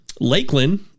Lakeland